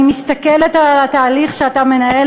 ואני מסתכלת על התהליך שאתה מנהל,